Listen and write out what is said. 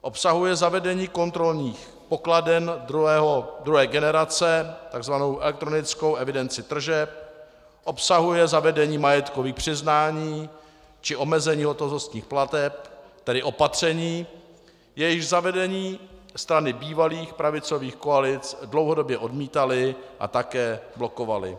Obsahuje zavedení kontrolních pokladen druhé generace, takzvanou elektronickou evidenci tržeb, obsahuje zavedení majetkových přiznání či omezení hotovostních plateb, tedy opatření, jejichž zavedení strany bývalých pravicových koalic dlouhodobě odmítaly a také blokovaly.